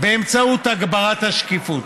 באמצעות הגברת השקיפות.